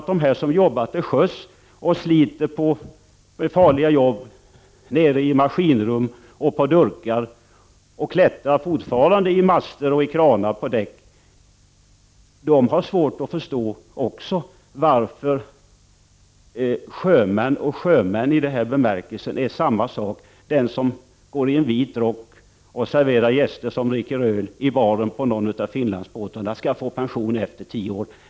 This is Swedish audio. De som jobbar till sjöss och sliter med farliga jobb nere i maskinrum och på durkar och som fortfarande klättrar i master och kranar på däck tror jag också har svårt att förstå varför man säger att sjöman är sjöman i det här sammanhanget, varför den som går i vit rock och serverar gäster öl i baren på någon Finlandsbåt skall få pension efter tio år.